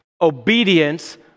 obedience